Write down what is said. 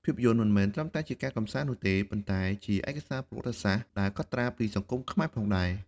ភាពយន្តមិនមែនត្រឹមតែជាការកម្សាន្តនោះទេ ប៉ុន្តែជាឯកសារប្រវត្តិសាស្ត្រដែលកត់ត្រាពីសង្គមខ្មែរផងដែរ។